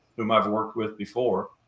whom i've worked with before,